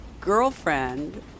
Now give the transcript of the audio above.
girlfriend